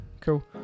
Cool